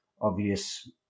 obvious